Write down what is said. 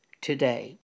today